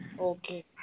okay